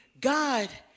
God